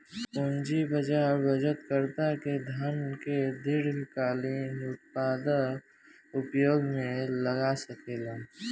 पूंजी बाजार बचतकर्ता के धन के दीर्घकालिक उत्पादक उपयोग में लगा सकेलन